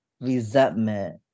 resentment